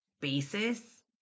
basis